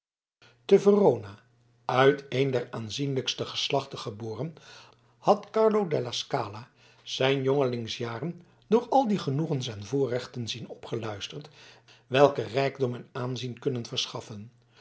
te verona uit een der aanzienlijkste geslachten geboren had carlo della scala zijn jongelingsjaren door al die genoegens en voorrechten zien opgeluisterd welke rijkdom en aanzien kunnen verschaffen